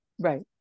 Right